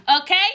okay